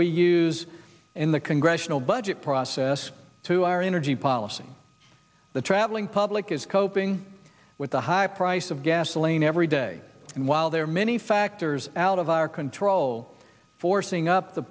we use in the congressional budget process to our energy policy the traveling public is coping with the high price of gasoline every day and while there are many factors out of our control forcing up the